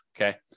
okay